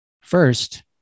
First